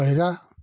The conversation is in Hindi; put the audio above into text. पहना